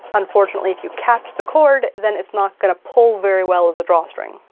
unfortunately, if you catch the cord, then it's not gonna pull very well as a drawstring.